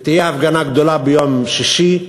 ותהיה הפגנה גדולה ביום שישי,